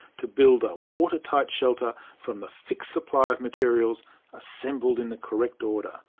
to build a watertight shelter from the fixed supply of materials assembled in the correct order.